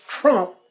trump